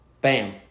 bam